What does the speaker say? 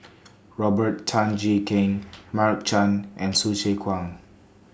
Robert Tan Jee Keng Mark Chan and Hsu Tse Kwang